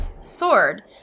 sword